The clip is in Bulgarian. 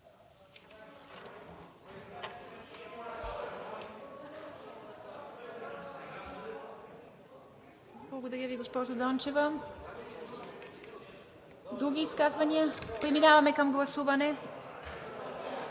Благодаря Ви, госпожо Дончева. Други изказвания? Преминаваме към гласуване.